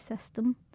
System